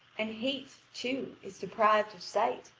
and hate, too, is deprived of sight.